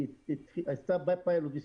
היא עשתה פיילוט.